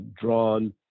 drawn